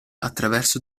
attraverso